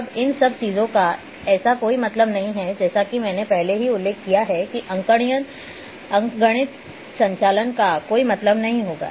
अब इन सब चीजों का ऐसा कोई मतलब नहीं है जैसा कि मैंने पहले ही उल्लेख किया है कि अंकगणितीय संचालन का कोई मतलब नहीं होगा